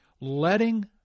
letting